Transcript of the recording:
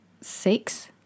six